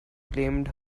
claimed